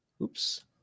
oops